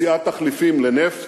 מציאת תחליפים לנפט,